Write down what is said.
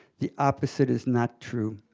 the opposite is not true.